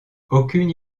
aucune